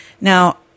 Now